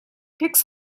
picks